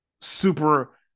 super